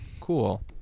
Cool